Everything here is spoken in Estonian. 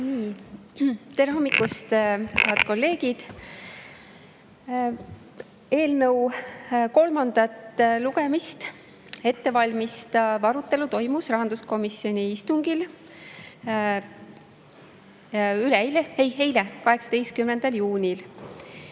Tere hommikust, head kolleegid! Eelnõu kolmandat lugemist ettevalmistav arutelu toimus rahanduskomisjoni istungil üleeile, ei, eile, 18. juunil.